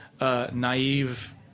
naive